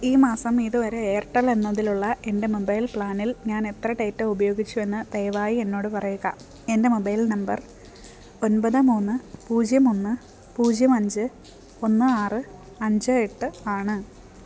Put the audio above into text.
ഈ മാസം ഇതു വരെ എയർടെൽ എന്നതിലുള്ള എൻ്റെ മൊബൈൽ പ്ലാനിൽ ഞാനെത്ര ഡാറ്റ ഉപയോഗിച്ചുവെന്ന് ദയവായി എന്നോട് പറയുക എൻ്റെ മൊബൈൽ നമ്പർ ഒൻപത് മൂന്ന് പൂജ്യം ഒന്ന് പൂജ്യം അഞ്ച് ഒന്ന് ആറ് അഞ്ച് എട്ട് ആണ്